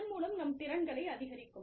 அதன் மூலம் நம் திறன்களை அதிகரிக்கும்